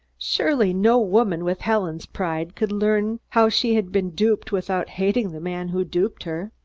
surely, no woman with helen's pride could learn how she had been duped without hating the man who duped her.